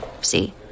See